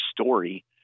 story